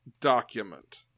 document